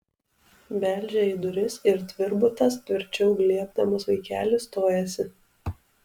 beldžia į duris ir tvirbutas tvirčiau glėbdamas vaikelį stojasi